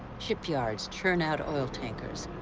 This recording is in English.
shipyards churn out oil tankers,